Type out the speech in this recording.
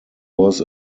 was